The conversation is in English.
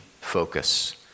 focus